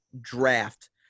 draft –